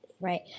Right